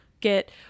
Get